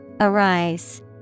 Arise